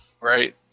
Right